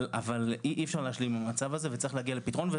אבל אי אפשר להשלים עם המצב הזה וצריך להגיע לפתרון.